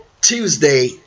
Tuesday